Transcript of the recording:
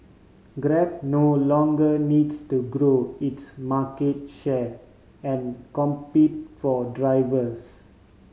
grab no longer needs to grow its market share and compete for drivers